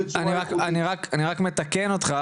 אני רק אתקן אותך,